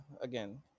again